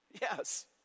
Yes